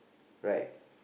right